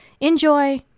enjoy